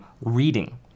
reading